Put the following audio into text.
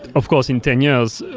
of course, in ten years,